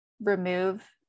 remove